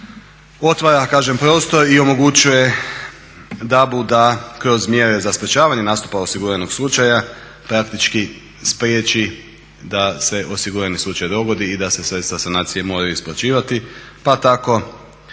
otvara prostor i omogućuje DAB-u da kroz mjere za sprečavanje nastupa osiguranog slučaja praktički spriječi da se osigurani slučaj dogodi i da se sredstva sanacije moraju isplaćivati pa tako